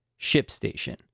ShipStation